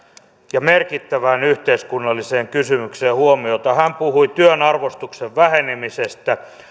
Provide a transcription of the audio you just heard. ja merkittävään yhteiskunnalliseen kysymykseen huomiota hän puhui työn arvostuksen vähenemisestä